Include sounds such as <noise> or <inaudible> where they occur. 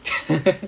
<laughs>